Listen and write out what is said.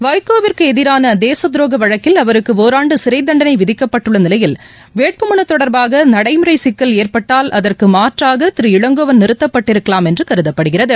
வைகோவிற்குஎதிரானதேசதுரோகவழக்கில் அவருக்குஜராண்டுசிறைதண்டனைவிதிக்கப்பட்டுள்ளநிலையில் வேட்புமனுதொடர்பாகநடைமுறைசிக்கல் ஏற்பட்டால் அதற்குமாற்றாகதிரு இளங்கோவன் நிறுத்தப்பட்டிருக்கலாம் என்றுகருதப்படுகிறது